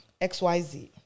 XYZ